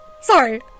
Sorry